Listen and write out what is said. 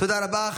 תודה רבה.